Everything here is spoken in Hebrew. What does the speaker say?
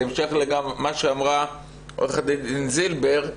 בהקשר למה שאמרה עורכת הדין זילבר.